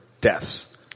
deaths